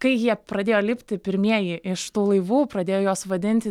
kai jie pradėjo lipti pirmieji iš tų laivų pradėjo juos vadinti